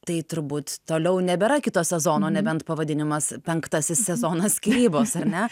tai turbūt toliau nebėra kito sezono nebent pavadinimas penktasis sezonas skyrybos ar ne